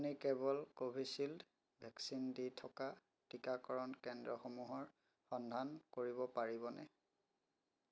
আপুনি কেৱল Covishield vaccine দি থকা টিকাকৰণ কেন্দ্ৰসমূহৰ সন্ধান কৰিব পাৰিবনে